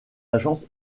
agence